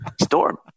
Storm